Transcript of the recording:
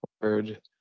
word